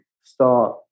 start